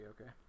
okay